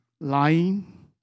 Lying